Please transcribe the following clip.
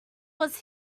was